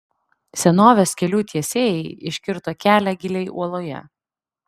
senovės kelių tiesėjai iškirto kelią giliai uoloje